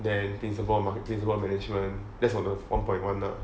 then principle of marketing principle management that's about the one point one lah